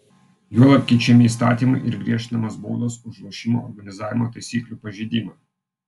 juolab keičiami įstatymai ir griežtinamos baudos už lošimo organizavimo taisyklių pažeidimą